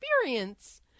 experience